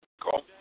Call